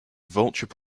vulture